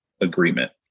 agreement